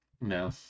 No